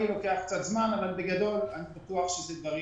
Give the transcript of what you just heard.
אלה דברים